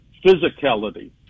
physicality